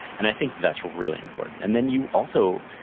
and i think that that's really important and then, you also,